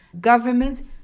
government